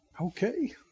Okay